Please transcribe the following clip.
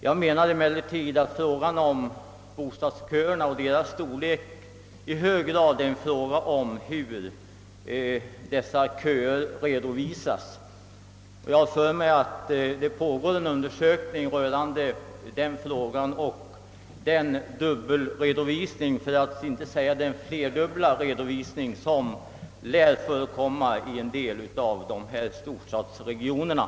Jag menar emellertid att frågan om bostadsköerna och deras storlek i hög grad är en fråga om hur dessa köer redovisas. Jag har för mig att det pågår en undersökning rörande detta problem och den dubbelredovisning, för att inte säga den flerdubbelredovisning, som lär förekomma i en del av storstadsregionerna.